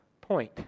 point